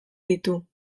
ditu